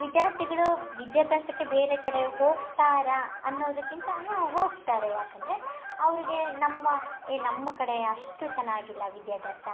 ವಿದ್ಯಾರ್ಥಿಗಳೂ ವಿದ್ಯಾಭ್ಯಾಸಕ್ಕೆ ಬೇರೆ ಕಡೆ ಹೋಗ್ತಾರಾ ಅನ್ನೋದಕ್ಕಿಂತ ಹಾಂ ಹೋಗ್ತಾರೆ ಯಾಕಂದರೆ ಅವರಿಗೇ ನಮ್ಮ ಏ ನಮ್ಮ ಕಡೆ ಅಷ್ಟು ಚೆನ್ನಾಗಿಲ್ಲ ವಿದ್ಯಾಭ್ಯಾಸ